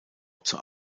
zur